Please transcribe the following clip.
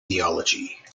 theology